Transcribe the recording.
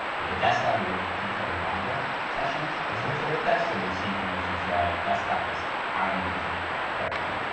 with the desktop, you'll tend to have a longer sessions associated with that, so you see information like desktop has higher engagement at this point. right. right?